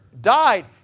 died